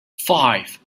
five